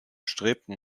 strebten